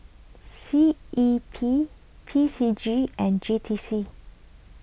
C E P P C G and J T C